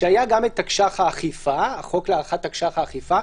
שהיה גם החוק להארכת תקש"ח האכיפה,